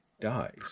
dies